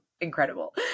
incredible